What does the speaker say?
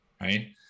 Right